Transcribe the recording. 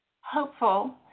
hopeful